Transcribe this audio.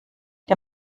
der